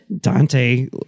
Dante